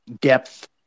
depth